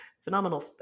Phenomenal